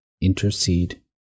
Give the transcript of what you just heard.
intercede